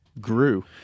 grew